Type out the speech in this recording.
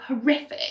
horrific